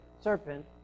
serpent